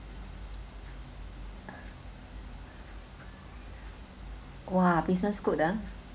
!wah! business good ah